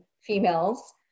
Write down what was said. females